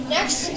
Next